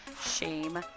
shame